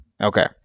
Okay